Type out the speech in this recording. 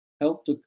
helped